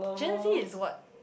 Gen Z is what